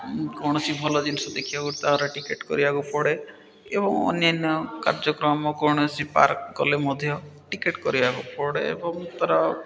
କୌଣସି ଭଲ ଜିନିଷ ଦେଖିବାକୁ ତାପରେ ଟିକେଟ୍ କରିବାକୁ ପଡ଼େ ଏବଂ ଅନ୍ୟାନ୍ୟ କାର୍ଯ୍ୟକ୍ରମ କୌଣସି ପାର୍କ ଗଲେ ମଧ୍ୟ ଟିକେଟ୍ କରିବାକୁ ପଡ଼େ ଏବଂ ତା'ର